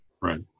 Right